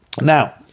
Now